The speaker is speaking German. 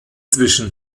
zwischen